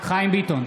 חיים ביטון,